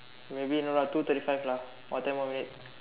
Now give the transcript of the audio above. maybe in around two thirty five lah or ten more minute